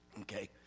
Okay